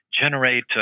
generate